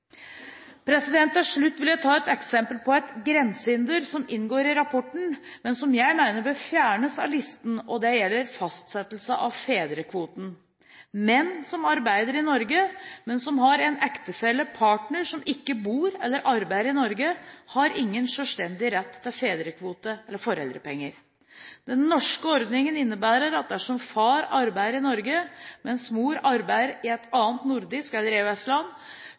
Til slutt vil jeg ta et eksempel på et grensehinder som inngår i rapporten, men som jeg mener bør fjernes fra listen, og det gjelder fastsettelse av fedrekvoten. Menn som arbeider i Norge, men som har en ektefelle/partner som ikke bor eller arbeider i Norge, har ingen selvstendig rett til fedrekvote eller foreldrepenger. Den norske ordningen innebærer at dersom far arbeider i Norge, mens mor arbeider i et annet nordisk land eller